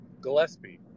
Gillespie